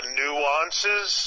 nuances